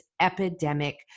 epidemic